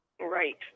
Right